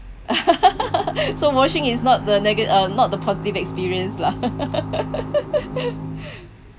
so washing is not the nega~ uh not the positive experience lah